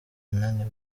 ananiwe